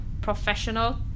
Professional